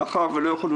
מאחר ולא יכולנו